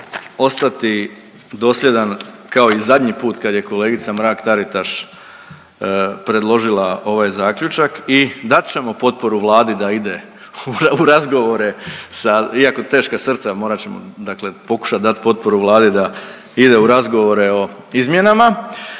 ostati dosljedan kao i zadnji put kad je kolegica Mrak-Taritaš predložila ovaj zaključak i dat ćemo potporu Vladi da ide u razgovore sa, iako teška srca morat ćemo dakle pokušat dat potporu Vladi da ide u razgovore o izmjenama,